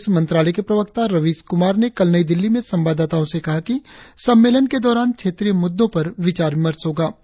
विदेश मंत्रालय के प्रवक्ता रवीश कुमार ने कल नई दिल्ली में संवाददाताओं से कहा कि सम्मेलन के दौरान क्षेत्रीय मुद्दों पर विचार विमर्श होगा